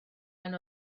pan